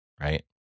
right